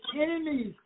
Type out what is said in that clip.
enemies